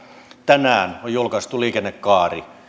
tänään on julkaistu liikennekaari